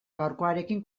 gaurkoarekin